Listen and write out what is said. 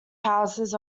houses